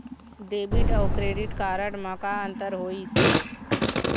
Debit अऊ credit card म का अंतर होइस?